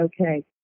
okay